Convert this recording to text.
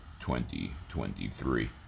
2023